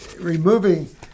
Removing